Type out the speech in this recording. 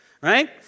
Right